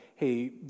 hey